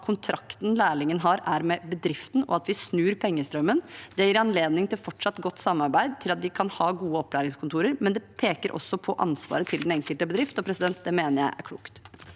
kontrakten lærlingen har, er med bedriften, og at vi snur pengestrømmen, gir anledning til fortsatt godt samarbeid, til at vi kan ha gode opplæringskontorer, men det peker også på ansvaret til den enkelte bedrift. Det mener jeg er klokt.